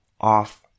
off